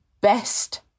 Best